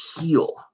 heal